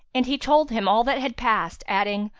and he told him all that had passed, adding,